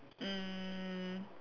um